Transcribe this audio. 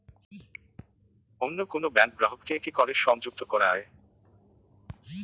অন্য কোনো ব্যাংক গ্রাহক কে কি করে সংযুক্ত করা য়ায়?